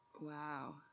Wow